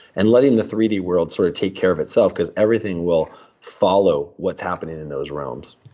and letting the three d world sort of take care of itself, because everything will follow what's happening in those realms.